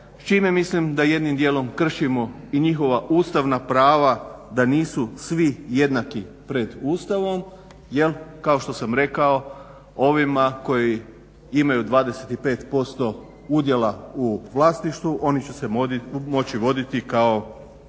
s čime mislim da jednim djelom kršimo i njihova ustavna prava da nisu svi jednaki pred Ustavom jer kao što sam rekao ovima koji imaju 25% udjela u vlasništvu oni će se moći voditi kao